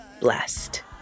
blessed